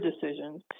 decisions